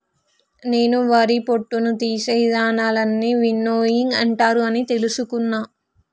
నాను వరి పొట్టును తీసే ఇదానాలన్నీ విన్నోయింగ్ అంటారు అని తెలుసుకున్న